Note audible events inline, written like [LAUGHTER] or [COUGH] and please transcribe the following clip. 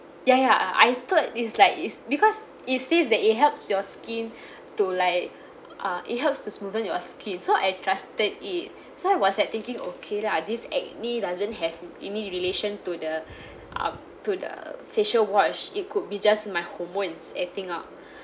ya ya uh I thought it's like it's because it says that it helps your skin [BREATH] to like uh it helps to smoothen your skin so I trusted it so I was like thinking okay lah this acne doesn't have any relation to the [BREATH] um to the facial wash it could be just my hormones acting up